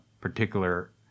particular